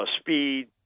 Speed